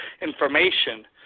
information